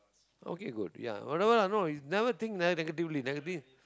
okay good ya whatever lah know never think ne~ negatively ne~ negative